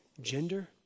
gender